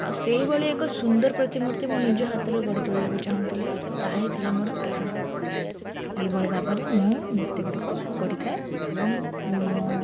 ଆଉ ସେହିଭଳି ଏକ ସୁନ୍ଦର ପ୍ରତିମୂର୍ତ୍ତି ମୁଁ ନିଜ ହାତରେ ଗଢ଼ି ତୋଳିବାକୁ ଚାହୁଁଥିଲି ତାହା ହିଁ ଥିଲା ମୋର ପ୍ରେରଣା ଏହିଭଳି ଭାବରେ ମୁଁ ମୂର୍ତ୍ତି ଗୁଡ଼ିକ ଗଢ଼ିଥାଏ ଏବଂ ମୋ